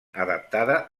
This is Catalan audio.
adaptada